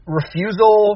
refusal